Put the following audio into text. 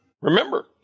remember